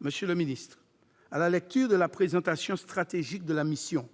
Monsieur le ministre, à la lecture de la présentation stratégique de la mission,